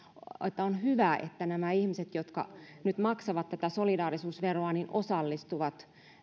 on hyvä että nämä ihmiset jotka nyt maksavat tätä solidaarisuusveroa osallistuvat